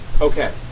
Okay